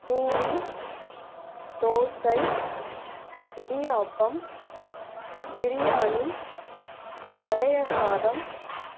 பூரி தோசை இடியாப்பம் பிரியாணி பழைய சாதம்